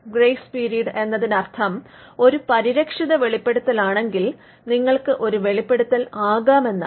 grace period എന്നതിനർത്ഥം ഒരു പരിരക്ഷിത വെളിപെടുതലാണെങ്കിൽ നിങ്ങൾക്ക് ഒരു വെളിപ്പെടുത്തൽ ആകാമെന്നാണ്